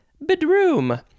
bedroom